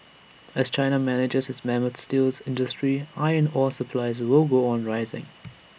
as China manages its mammoth steels industry iron ore supplies will go on rising